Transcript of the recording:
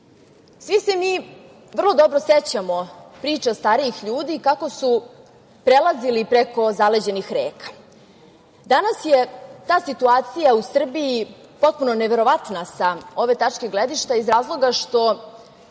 se mi vrlo dobro sećamo priča starijih ljudi kako su prelazili preko zaleđenih reka. Danas je ta situacija u Srbiji potpuno neverovatna, sa ove tačke gledišta, iz razloga što